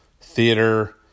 theater